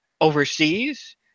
overseas